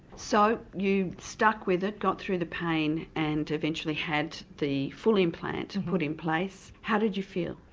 so you stuck with it, got through the pain and eventually had the full implant and put in place how did you feel?